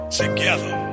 together